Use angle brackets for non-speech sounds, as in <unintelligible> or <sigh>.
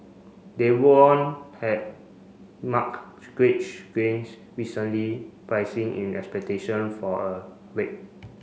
they won had marked <unintelligible> gains recently pricing in expectation for a rate